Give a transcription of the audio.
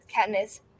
Katniss